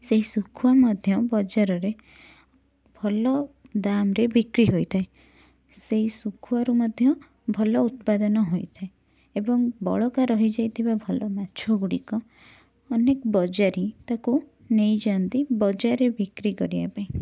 ସେଇ ଶୁଖୁଆ ମଧ୍ୟ ବଜାରରେ ଭଲ ଦାମ୍ ରେ ବିକ୍ରୀ ହୋଇଥାଏ ସେଇ ଶୁଖୁଆରୁ ମଧ୍ୟ ଭଲ ଉତ୍ପାଦନ ହୋଇଥାଏ ଏବଂ ବଳକା ରହିଯାଇଥିବା ଭଲ ମାଛଗୁଡ଼ିକ ଅନେକ ବଜାରୀ ତାକୁ ନେଇଯାନ୍ତି ବଜାରରେ ବିକ୍ରି କରିବା ପାଇଁ